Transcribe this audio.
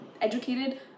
educated